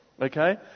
Okay